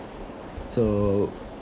so